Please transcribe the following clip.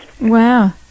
Wow